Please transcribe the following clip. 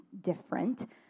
different